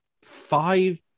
five